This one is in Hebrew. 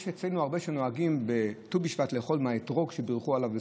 יש אצלנו הרבה שנוהגים בט"ו בשבט לאכול מהאתרוג שבירכו עליו בסוכות.